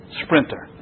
sprinter